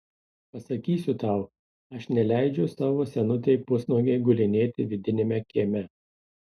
pasakysiu tau aš neleidžiu savo senutei pusnuogei gulinėti vidiniame kieme